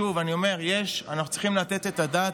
שוב אני אומר שאנחנו צריכים לתת את הדעת